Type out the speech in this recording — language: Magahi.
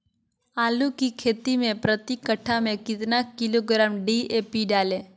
आलू की खेती मे प्रति कट्ठा में कितना किलोग्राम डी.ए.पी डाले?